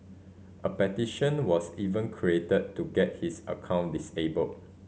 a petition was even created to get his account disabled